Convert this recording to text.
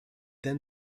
then